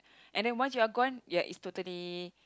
and then once you're gone ya it's totally